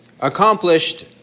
accomplished